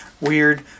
weird